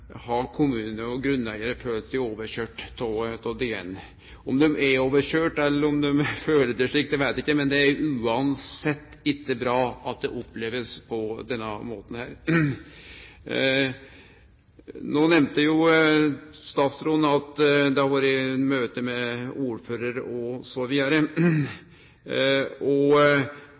har kommunar og grunneigarar følt seg overkjørde av DN. Om dei er overkjørde, eller om dei føler det slik, veit eg ikkje, men det er uansett ikkje bra at det blir opplevd på denne måten. No nemnde jo statsråden at det har vore møte med ordførar,